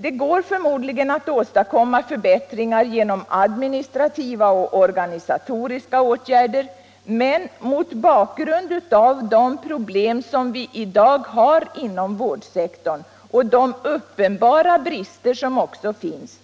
Det går förmodligen att åstadkomma förbättringar genom administrativa och organisatoriska åtgärder, men mot bakgrund av de problem som vi i dag har inom vårdsektorn och de uppenbara brister som också finns